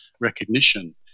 recognition